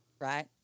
right